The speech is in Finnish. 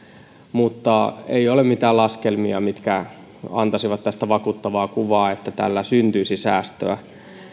mutta ei ole mitään laskelmia mitkä antaisivat tästä vakuuttavaa kuvaa että tällä syntyisi säästöä